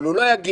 אבל הוא לא יגיד